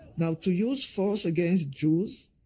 now, to use force against jews,